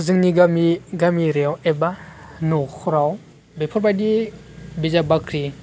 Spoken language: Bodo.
जोंनि गामि गामि एरियायाव एबा न'खराव बेफोर बायदि बिजाब बाख्रि